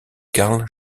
carl